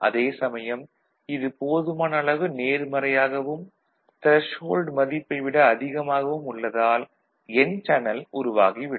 அதே சமயம் இது போதுமான அளவு நேர்மறையாகவும் த்ரெஷ்ஹோல்டு மதிப்பை விட அதிகமாகவும் உள்ளதால் என் சேனல் உருவாகிவிடும்